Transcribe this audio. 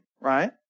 right